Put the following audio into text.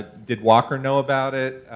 did walker know about it?